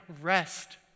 rest